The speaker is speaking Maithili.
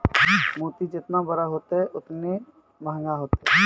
मोती जेतना बड़ो होतै, ओतने मंहगा होतै